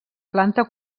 planta